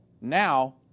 now